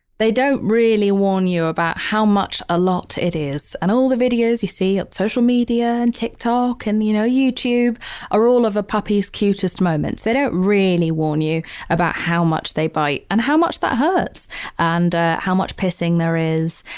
they don't really warn you about how much a lot it is. and all the videos you see on social media and tik tok and you know youtube are all of a puppy's cutest moments. they don't really warn you about how much they bite and how much that hurts and how much pissing there is.